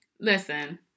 Listen